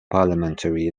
parliamentary